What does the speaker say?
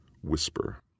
Whisper